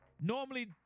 normally